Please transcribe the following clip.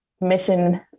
mission